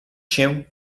się